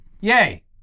yay